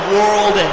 World